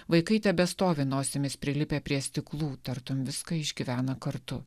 vaikai tebestovi nosimis prilipę prie stiklų tartum viską išgyvena kartu